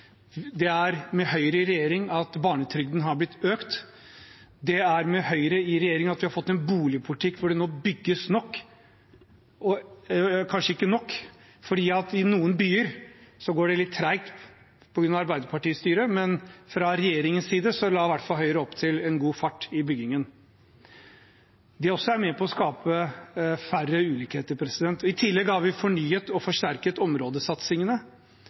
Det er med Høyre i regjering barnetrygden er blitt økt. Det er med Høyre i regjering vi har fått en boligpolitikk hvor det nå bygges nok – eller kanskje ikke nok, for i noen byer går det litt tregt på grunn av Arbeiderparti-styre, men fra regjeringens side la i hvert fall Høyre opp til en god fart i byggingen. Det er også med på skape mindre ulikhet. I tillegg har vi fornyet og forsterket områdesatsingene.